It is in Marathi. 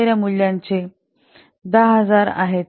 तर या मूल्याचे 10000 10000 आहे